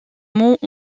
mots